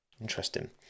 interesting